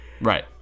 right